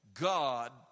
God